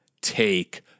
take